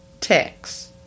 text